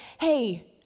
hey